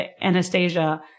Anastasia